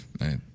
Right